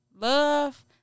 Love